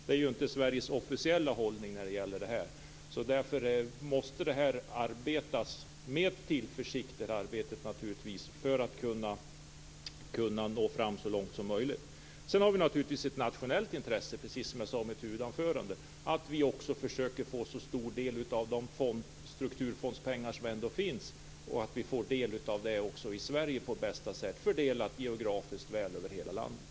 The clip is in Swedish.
Det är inte Sveriges officiella hållning. Därför måste arbetet ske med tillförsikt för att kunna nå så långt som möjligt. Det finns naturligtvis ett nationellt intresse, som jag sade i mitt huvudanförande, att vi försöker få så stor del av de strukturfondspengar som finns för Sverige fördelat geografiskt väl över hela landet.